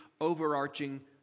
overarching